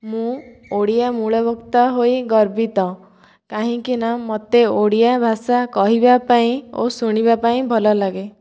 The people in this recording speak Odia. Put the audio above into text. ମୁଁ ଓଡ଼ିଆ ମୂଳ ବକ୍ତା ହୋଇ ଗର୍ବିତ କାହିଁକି ନା ମୋତେ ଓଡ଼ିଆ ଭାଷା କହିବା ପାଇଁ ଓ ଶୁଣିବା ପାଇଁ ଭଲ ଲାଗେ